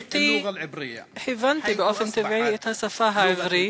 מילדותי הבנתי באופן טבעי את השפה העברית,